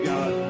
God